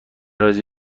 رازی